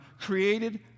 created